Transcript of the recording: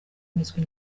miswi